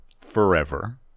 forever